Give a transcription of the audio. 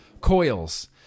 coils